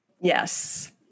Yes